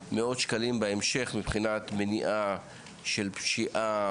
מאות שקלים בהמשך מבחינת מניעה של פשיעה,